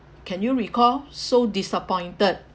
can you recall so disappointed